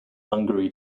hungary